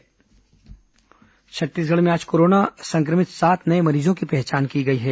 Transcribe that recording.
corona मरीज छत्तीसगढ़ में आज कोरोना संक्रमित सात नये मरीजों की पहचान की गई है